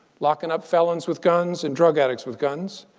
locking up felons with guns and drug addicts with guns.